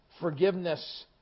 forgiveness